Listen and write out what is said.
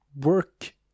work